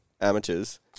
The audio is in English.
amateurs